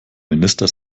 minister